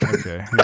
okay